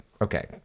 Okay